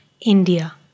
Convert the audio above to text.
India